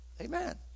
Amen